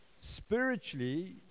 Spiritually